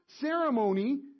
ceremony